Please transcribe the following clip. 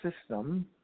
system